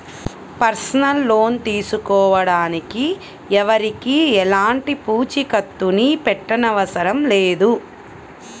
personal loan తీసుకోడానికి ఎవరికీ ఎలాంటి పూచీకత్తుని పెట్టనవసరం లేదు